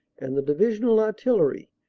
and the divisional artillery,